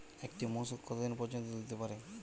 একটি মোষ কত দিন পর্যন্ত দুধ দিতে পারে?